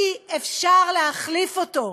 אי-אפשר להחליף אותו.